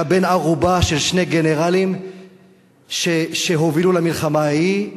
שהיה בן-ערובה של שני גנרלים שהובילו למלחמה ההיא.